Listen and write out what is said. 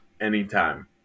Anytime